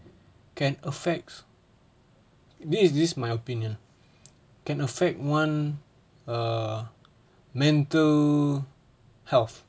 can affects this is this my opinion can affect one err mental health